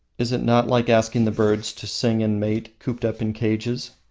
is it not like asking the birds to sing and mate cooped up in cages?